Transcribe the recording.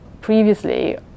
previously